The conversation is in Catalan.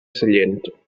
sellent